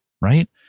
Right